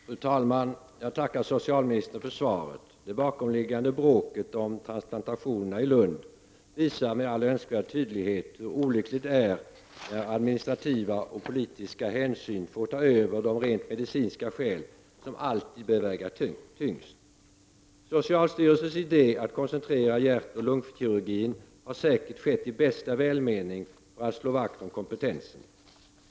Fru talman! Jag tackar socialministern för svaret. Det bakomliggande bråket om transplantationerna i Lund visar med all önskvärd tydlighet hur olyckligt det är när administrativa och politiska hänsyn får ta över de rent medicinska skäl som alltid bör väga tyngst. Socialstyrelsens idé att koncentrera hjärtoch lungkirurgin har säkert tillkommit i bästa välmening för att slå vakt om kompetensen.